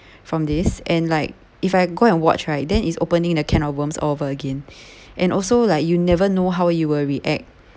from this and like if I go and watch right then is opening a can of worms all over again and also like you never know how he will react